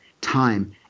time